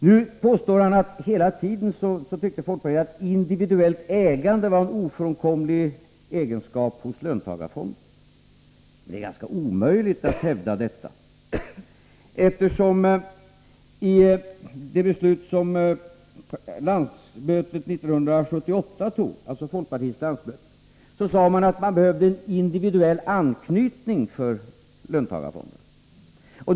Nu påstår Björn Molin att folkpartiet hela tiden har tyckt att individuellt ägande var en ofrånkomlig egenskap hos löntagarfonder. Det är ganska omöjligt att hävda detta. I det beslut som folkpartiets landsmöte tog 1978 sade man att det behövdes en individuell anknytning för löntagarfonderna.